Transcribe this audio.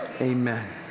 amen